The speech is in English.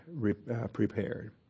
prepared